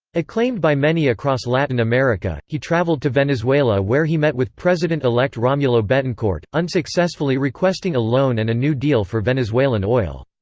acclaimed by many across latin america, he traveled to venezuela where he met with president-elect romulo betancourt, unsuccessfully requesting a loan and a new deal for venezuelan oil.